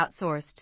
outsourced